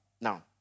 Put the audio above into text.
Now